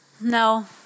no